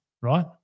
Right